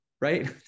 right